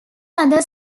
other